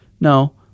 No